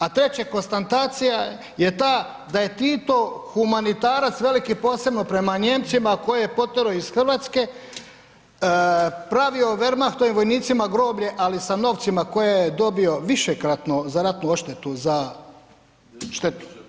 A treće, konstatacija je ta da je Tito humanitarac veliki posebno prema Nijemcima koje je potjerao iz Hrvatske pravio Wermachtovim vojnicima groblje ali sa novcima koje je dobio višekratno za ratnu odštetu za štetu.